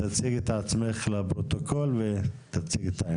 תציגי את עצמך לפרוטוקול ותציגי את העמדה.